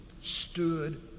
stood